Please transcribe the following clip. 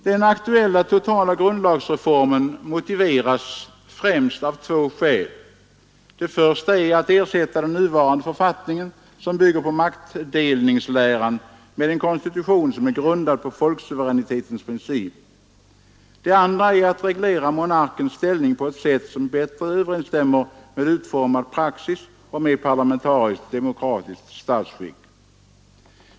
Den aktuella totala grundlagsreformen har främst två motiv. Det första är att ersätta den nuvarande författningen, som bygger på maktdelningsläran, med en konstitution som är grundad på folksuveränitetens princip. Det andra är att reglera monarkens ställning på ett sätt som bättre överensstämmer med utformad praxis och med parlamentariskt demokratiskt statsskick.